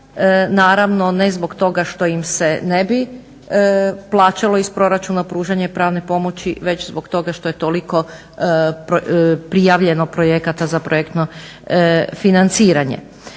Naravno ne zbog toga što im se ne bi plaćalo iz proračuna pružanje pravne pomoći već zbog toga što je toliko prijavljeno projekata za projektno financiranje.